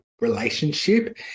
relationship